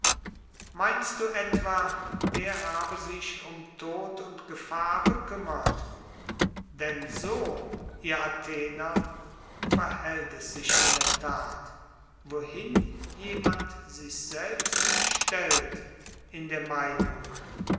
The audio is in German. meinst du etwa der habe sich um tod und gefahr bekümmert denn so ihr athener verhält es sich in der tat wohin jemand sich selbst stellt in der meinung